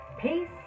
Peace